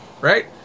Right